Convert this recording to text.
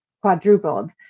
quadrupled